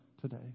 today